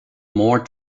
more